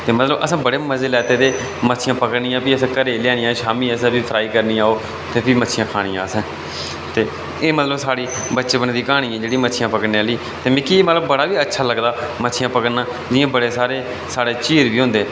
ते मतलब असें बड़े मजे लैते दे मच्छियां पकड़नियां फ्ही असें घरे गी लेयानियां शाम्मी असें फ्ही फ्राई करनियां ओह् ते फ्ही मच्छियां खानियां असें एह् मतलब साढ़ी बचपन दी क्हानी ऐ मच्छियां पकड़ने आह्ली ते मिकी मतलब बड़ा गै अच्छा लगदा जियां बड़े सारे साढ़े चीर केह् होंदे हे